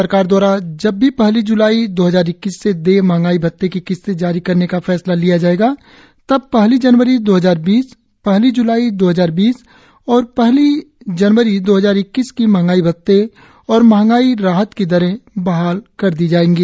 सरकार द्वारा जब भी पहली ज्लाई दो हजार इक्कीस से देय महंगाई भत्ते की किस्त जारी करने का फैसला लिया जाएगा तब पहली जनवरी दो हजार बीस पहली ज्लाई दो हजार बीस और पहली जनवरी दो हजार इक्कीस की महंगाई भत्ते और महंगाई राहत की दरें बहाल कर दी जाएंगी